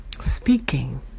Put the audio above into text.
speaking